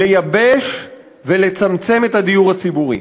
לייבש ולצמצם את הדיור הציבורי.